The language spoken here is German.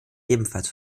ebenfalls